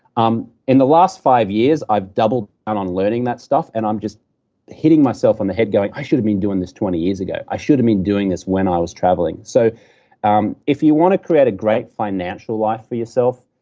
um in the last five years, i've doubled down learning that stuff, and i'm just hitting myself on the head going, i should have been doing this twenty years ago. i should have been doing this when i was traveling so ah um if you want to create a great financial life for yourself,